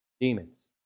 Demons